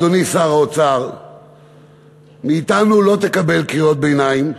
אדוני שר האוצר: מאתנו לא תקבל קריאות ביניים,